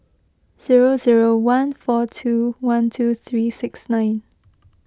zero zero one four two one two three six nine